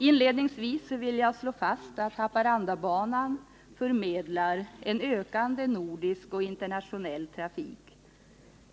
Inledningsvis vill jag slå fast att Haparandabanan förmedlar en ökande nordisk och internationell trafik.